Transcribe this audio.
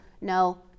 No